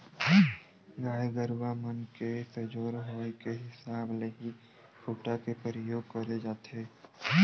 गाय गरुवा मन के सजोर होय के हिसाब ले ही खूटा के परियोग करे जाथे